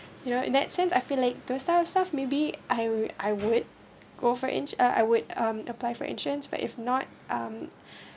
you know in that sense I feel like those are stuff maybe I would I would go for ins~ uh I would um apply for insurance but if not um